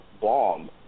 bomb